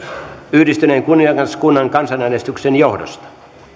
yhdistyneen kuningaskunnan kansanäänestyksen johdosta